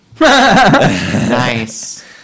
nice